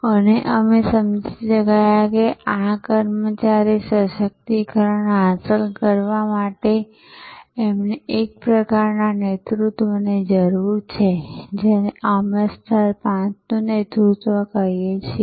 અને અમે સમજી ગયા કે આ કર્મચારી સશક્તિકરણ હાંસલ કરવા માટે એમને એક પ્રકારના નેતૃત્વની જરૂર છે જેને અમે સ્તર પાંચનું નેતૃત્વ કહીએ છીએ